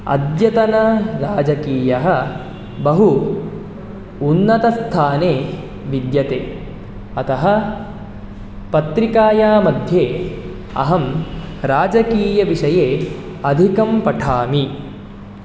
अद्यतनराजकीयः बहु उन्नतस्थाने विद्यते अतः पत्रिकायां मध्ये अहं राजकीयविषये अधिकं पठामि